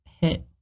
hit